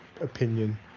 opinion